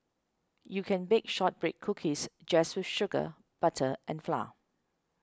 you can bake Shortbread Cookies just with sugar butter and flour